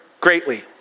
greatly